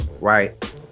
right